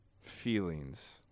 feelings